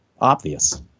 obvious